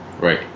Right